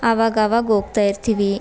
ಆವಾಗಾವಾಗ ಹೋಗ್ತಾ ಇರ್ತೀವಿ